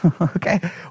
Okay